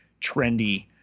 trendy